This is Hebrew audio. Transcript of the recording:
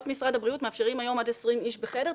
משרד הבריאות מאפשרות היום עד 20 איש בחדר,